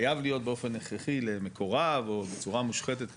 חייב להיות באופן הכרחי למקורב או בצורה מושחתת כזאת,